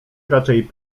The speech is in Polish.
raczej